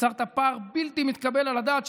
יצרת פער בלתי מתקבל על הדעת,